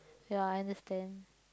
ya I understand